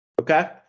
okay